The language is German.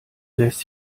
lässt